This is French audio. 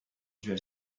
duel